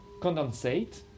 condensate